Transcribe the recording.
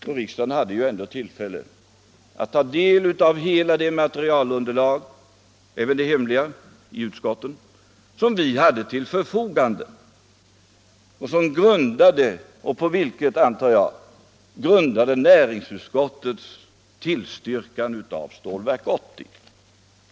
Och riksdagen hade ändå tillfälle att ta del av hela det underlag —- även det hemliga, i utskotten — som vi hade till förfogande. På detta grundade, antar jag, näringsutskottet sin tillstyrkan av förslaget om Stålverk 80.